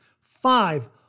Five